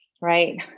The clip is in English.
right